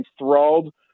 enthralled